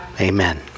Amen